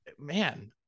Man